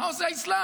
מה עושה האסלאם?